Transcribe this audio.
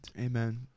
Amen